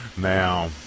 Now